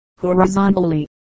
horizontally